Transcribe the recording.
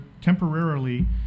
temporarily